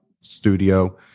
studio